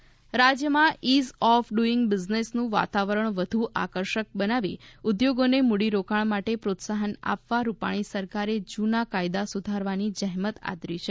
ગુજરાતમાં ease of doing બિઝનેસનું વાતાવરણ વધુ આકર્ષક બનાવી ઉદ્યોગોને મૂડીરોકાણ માટે પ્રોત્સાહન આપવા રૂપાણી સરકારે જૂના કાયદા સુધારવાની જેેમત આદરી છે